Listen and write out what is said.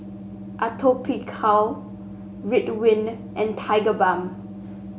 Atopiclair Ridwind and Tigerbalm